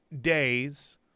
days